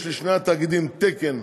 יש לשני התאגידים תקנים